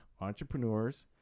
entrepreneurs